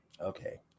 okay